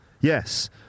Yes